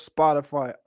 Spotify